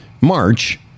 March